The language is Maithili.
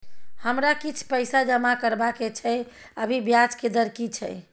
हमरा किछ पैसा जमा करबा के छै, अभी ब्याज के दर की छै?